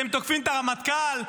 אתם תוקפים את הרמטכ"ל,